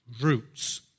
roots